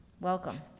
Welcome